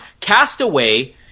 Castaway